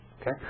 Okay